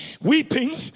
Weeping